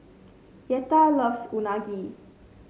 Yetta loves Unagi